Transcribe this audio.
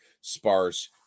sparse